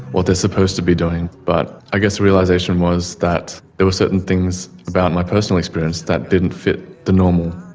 what they're supposed to be doing but i guess the realisation was that there were certain things about my personal experience that didn't fit the normal.